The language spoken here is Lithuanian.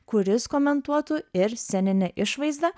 kuris komentuotų ir sceninę išvaizdą